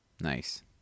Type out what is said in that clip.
Nice